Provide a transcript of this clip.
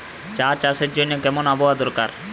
চা চাষের জন্য কেমন আবহাওয়া দরকার?